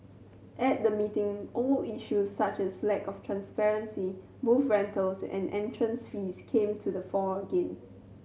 at the meeting old issues such as lack of transparency booth rentals and entrance fees came to the fore again